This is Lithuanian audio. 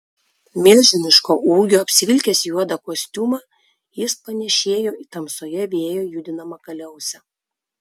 milžiniško ūgio apsivilkęs juodą kostiumą jis panėšėjo į tamsoje vėjo judinamą kaliausę